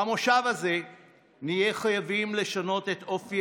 במושב הזה נהיה חייבים לשנות את אופי